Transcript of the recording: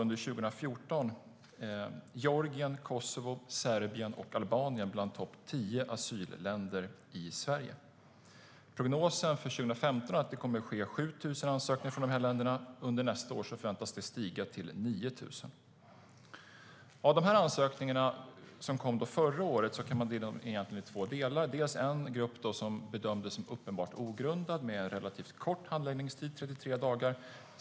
Under 2014 var Georgien, Kosovo, Serbien och Albanien bland topp 10 i Sverige när det gällde antalet asylsökande. Prognosen för 2015 är att det kommer att vara 7 000 sökande från dessa länder. Under nästa år förväntas antalet stiga till 9 000. Förra årets ansökningar kan delas upp i två delar. Den ena gruppen bedömdes som uppenbart ogrundade ansökningar med relativt kort handläggningstid, 33 dagar.